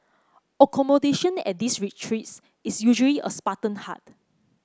accommodation at these retreats is usually a Spartan hut